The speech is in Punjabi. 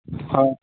ਹਾਂ